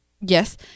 Yes